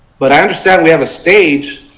but i understand we have a stage,